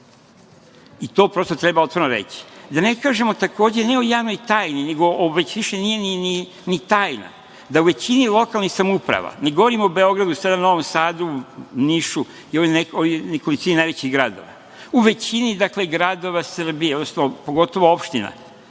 To prosto treba otvoreno reći. Da ne kažemo, takođe, ne o javnoj tajni, nego ovo već više nije ni tajna, da u većini lokalnih samouprava, ne govorim sada o Beogradu, Novom Sadu, Nišu ili nekolicini najvećih gradova, u većini, dakle, gradova Srbije, odnosno, pogotovo opština,